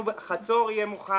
חצור יהיה מוכן.